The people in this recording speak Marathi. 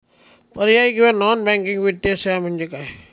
पर्यायी किंवा नॉन बँकिंग वित्तीय सेवा म्हणजे काय?